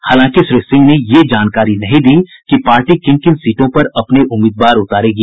हालांकि श्री सिंह ने ये जानकारी नहीं दी कि पार्टी किन किन सीटों पर अपने उम्मीदवार उतारेगी